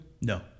No